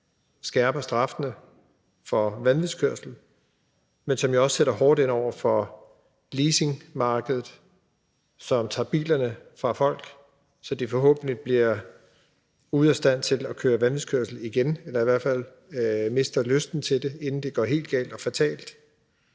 skærper straffene for vanvidskørsel, men som jo også sætter hårdt ind over for leasingmarkedet, og som tager bilerne fra folk, så de forhåbentlig bliver ude af stand til at køre vanvidskørsel igen, eller i hvert fald mister lysten til det, inden det går helt galt og bliver